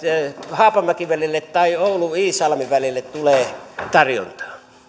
haapamäki välille tai oulu iisalmi välille tulee tarjontaa